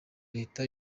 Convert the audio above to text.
leta